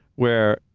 where,